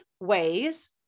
ways